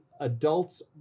adults